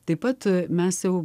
taip pat mes jau